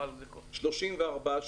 בבאר שבע.